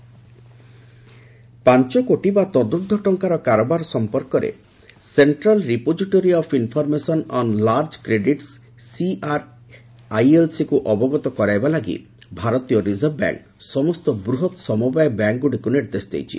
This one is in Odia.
ଆର୍ବିଆଇ ପାଞ୍ଚ କୋଟି ବା ତଦୁର୍ଦ୍ଧ ଟଙ୍କାର କାରବାର ସମ୍ପର୍କରେ central repository of information on large credits ସିଆର୍ଆଇଏଲ୍ସିକୁ ଅବଗତ କରାଇବା ଲାଗି ଭାରତୀୟ ରିଜର୍ଭ ବ୍ୟାଙ୍କ୍ ସମସ୍ତ ବୃହତ୍ ସମବାୟ ବ୍ୟାଙ୍କ୍ଗୁଡ଼ିକୁ ନିର୍ଦ୍ଦେଶ ଦେଇଛନ୍ତି